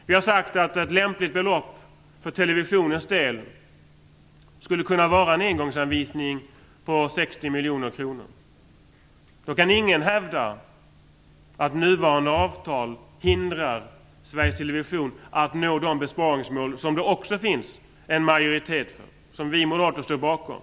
Vi har sagt att det för televisionens del skulle kunna vara lämpligt med en engångsanvisning på 60 miljoner kronor. I så fall skulle ingen kunna hävda att nuvarande avtal hindrar Sveriges Television att nå de besparingsmål som det också finns en majoritet för, vilka vi moderater står bakom.